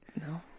No